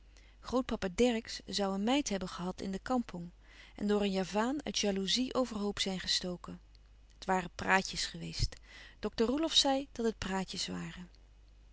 grootpapa dercksz zoû een meid hebben gehad in de kampong en door een javaan uit jaloezie overhoop zijn gestoken het waren praatjes geweest dokter roelofsz zei dat het praatjes waren